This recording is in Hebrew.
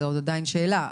זו עדיין שאלה,